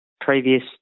previous